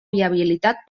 viabilitat